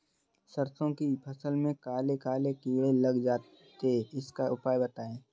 सरसो की फसल में काले काले कीड़े लग जाते इसका उपाय बताएं?